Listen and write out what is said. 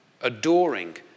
adoring